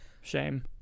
shame